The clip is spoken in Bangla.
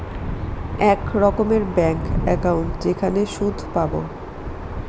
এক রকমের ব্যাঙ্ক একাউন্ট যেখানে সুদ পাবো